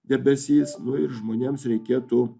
debesys nu ir žmonėms reikėtų